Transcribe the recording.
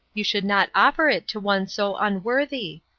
you should not offer it to one so unworthy.